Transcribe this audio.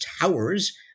towers